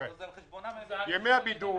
פנו אליי בעניין ימי הבידוד.